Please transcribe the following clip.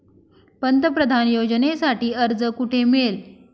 पंतप्रधान योजनेसाठी अर्ज कुठे मिळेल?